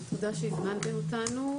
תודה שהזמנתם אותנו.